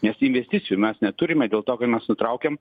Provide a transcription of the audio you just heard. nes investicijų mes neturime dėl to kad mes nutraukiam